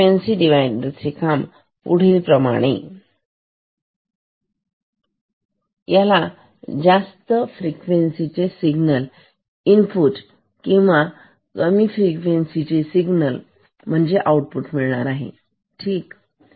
frequency divider चे कार्य पुढीलप्रमाणे आहे याला जास्त फ्रिक्वेन्सी चे सिग्नल इनपुट आणि कमी फ्रिक्वेन्सी चे आउटपुट मिळते ठीक